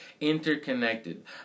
interconnected